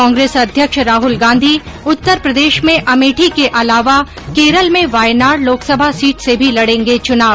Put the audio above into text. कांग्रेस अध्यक्ष राहुल गांधी उत्तर प्रदेश में अमेठी के अलावा केरल में वायनाड लोकसभा सीट से भी लड़ेंगे चुनाव